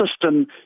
system